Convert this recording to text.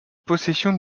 possession